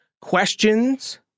Questions